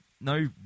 no